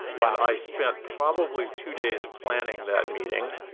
yeah i spent probably two days planning that meeting.